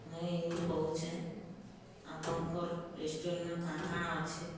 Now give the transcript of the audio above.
ମୁଇଁ ଇନୁ କହୁଛେଁ ଆପଣଙ୍କର୍ ରେଷ୍ଟୁରାଣ୍ଟଁନ କାଁ କାଣା ଅଛେ